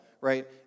right